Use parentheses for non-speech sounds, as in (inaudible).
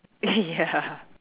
(laughs) ya